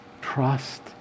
Trust